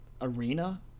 arena